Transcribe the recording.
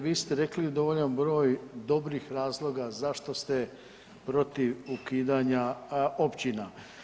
Vi ste rekli dovoljan broj dobrih razloga zašto ste protiv ukidanja općina.